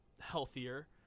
healthier